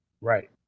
Right